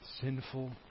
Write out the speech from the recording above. sinful